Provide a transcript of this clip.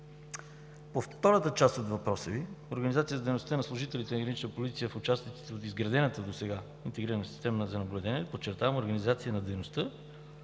По втората част от въпроса Ви, организацията на дейността на служителите „Гранична полиция“ в участъците в изградената досега интегрирана система за наблюдение, подчертавам, организация на дейността,